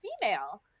female